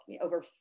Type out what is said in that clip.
over